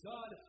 God